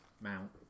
Mount